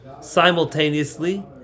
simultaneously